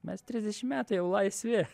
mes trisdešim metų jau laisvi